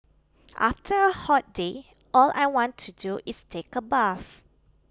after hot day all I want to do is take a bath